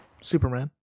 Superman